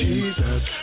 Jesus